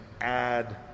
add